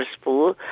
school